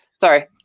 Sorry